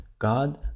God